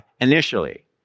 initially